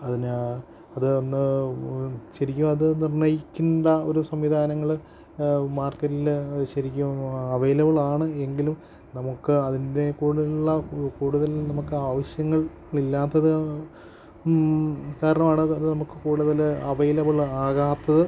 അതിന് അത് ഒന്നു ശരിക്ക് അതു നിർണ്ണയിക്കേണ്ട ഒരു സംവിധാനങ്ങള് മാർക്കറ്റില് ശരിക്കും അവൈലബ്ളാണ് എങ്കിലും നമുക്ക് അതിൻ്റെ ഒരു കൂടുതൽ നമുക്കാവശ്യങ്ങളില്ലാത്തത് കാരണമാണത് അതു നമുക്കു കൂടുതല് അവൈലബ്ളാകാത്തത്